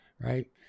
right